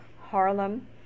Harlem